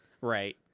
right